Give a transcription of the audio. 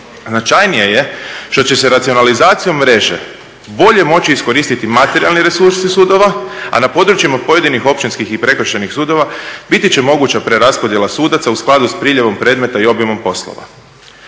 Značajnije je što će se racionalizacijom mreže bolje moći iskoristiti materijalni resursi sudova, a na područjima pojedinih Općinskih i Prekršajnih sudova biti će moguća preraspodjela sudaca u skladu sa priljevom predmeta i obimom poslova.